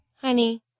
Honey